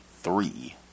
three